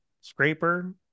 scraper